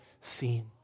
seen